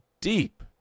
deep